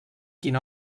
quina